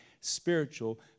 spiritual